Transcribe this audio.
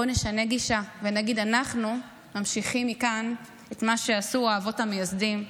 בוא נשנה גישה ונגיד: אנחנו ממשיכים מכאן את מה שעשו האבות המייסדים,